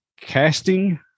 Casting